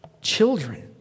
Children